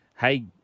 Hey